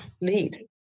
Lead